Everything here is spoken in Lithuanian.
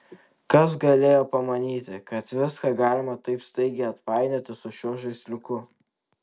kas galėjo pamanyti kad viską galima taip staigiai atpainioti su šiuo žaisliuku